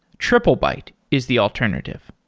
triplebyte is the alternative.